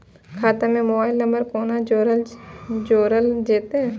खाता से mobile number कोना जोरल जेते?